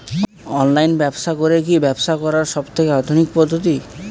Online ব্যবসা করে কি ব্যবসা করার সবথেকে আধুনিক পদ্ধতি?